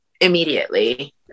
immediately